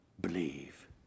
believe